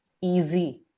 easy